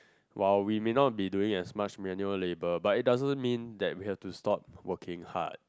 while we may not be doing as much manual labor but it doesn't mean that we have to stop working hard